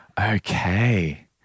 Okay